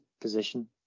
position